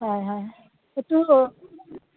হয় হয় এইটো